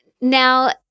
Now